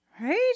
Right